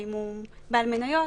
ואיך אם הוא בעל מניות.